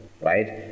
right